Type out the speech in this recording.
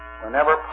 whenever